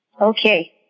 Okay